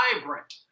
vibrant